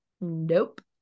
Nope